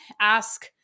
ask